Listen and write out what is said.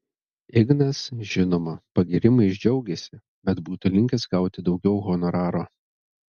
ignas žinoma pagyrimais džiaugėsi bet būtų linkęs gauti daugiau honoraro